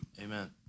Amen